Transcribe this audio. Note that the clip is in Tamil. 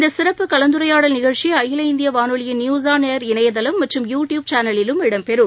இந்த சிறப்பு கலந்துரையாடல் நிகழ்ச்சி அகில இந்திய வானொலியின் நியூஸ் ஆன் ஏர் இணையதளம் மற்றும் யூ ட்யூப் சேனலிலும் இடம்பெறும்